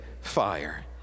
fire